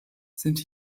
sind